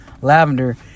lavender